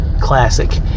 Classic